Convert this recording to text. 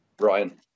Ryan